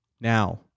Now